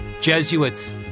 Jesuits